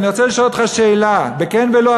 אני רוצה לשאול אותך שאלה בכן ולא,